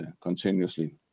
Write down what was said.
continuously